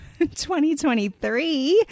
2023